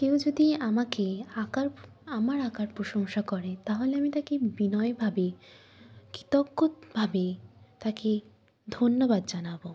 কেউ যদি আমাকে আঁকার আমার আঁকার প্রশংসা করে তাহলে আমি তাকে বিনয়ভাবে কৃতজ্ঞভাবে তাকে ধন্যবাদ জানাবো